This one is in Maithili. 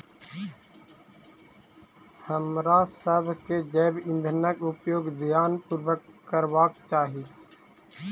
हमरासभ के जैव ईंधनक उपयोग ध्यान पूर्वक करबाक चाही